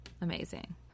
Amazing